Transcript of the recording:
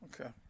okay